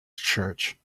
church